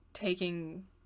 taking